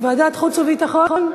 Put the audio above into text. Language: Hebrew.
חוץ וביטחון.